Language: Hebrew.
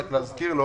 רק להזכיר לו